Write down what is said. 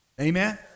Amen